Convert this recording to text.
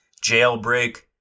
Jailbreak